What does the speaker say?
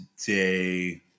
today